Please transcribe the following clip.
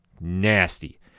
Nasty